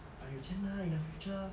but 有钱 mah in the future